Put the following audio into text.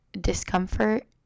discomfort